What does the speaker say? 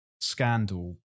scandal